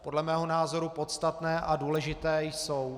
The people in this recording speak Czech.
Podle mého názoru podstatné a důležité jsou.